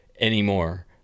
anymore